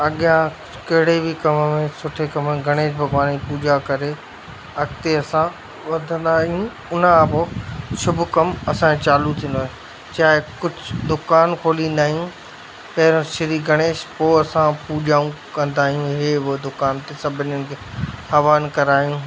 अॻियां कहिड़े बि कम में सुठे कम में गणेश भॻिवान जी पूॼा करे अॻिते असां वधंदा आहियूं उन खां पोइ शुभ कमु असांजो चालू थींदो आहे चाहे कुझु दुकान खोलींदा आयूं पहिरां श्री गणेश पूॼाऊं पोइ असां पूॼाऊं कंदा आहियूं इहो उहो दुकान ते सभिनी हंधि हवन करायूं